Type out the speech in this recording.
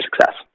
success